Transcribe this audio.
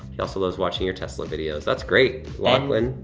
he also loves watching your tesla videos. that's great, lachlan.